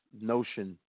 notion